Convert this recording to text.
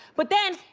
but then,